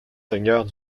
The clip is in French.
seigneurs